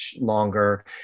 longer